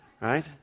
right